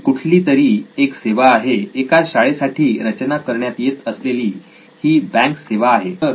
ही कुठली तरी एक सेवा आहे एका शाळेसाठी रचना करण्यात येत असलेली ही बँक सेवा आहे